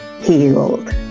healed